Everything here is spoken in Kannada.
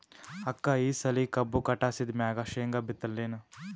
ಅಕ್ಕ ಈ ಸಲಿ ಕಬ್ಬು ಕಟಾಸಿದ್ ಮ್ಯಾಗ, ಶೇಂಗಾ ಬಿತ್ತಲೇನು?